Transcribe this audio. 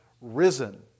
risen